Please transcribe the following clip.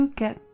get